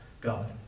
God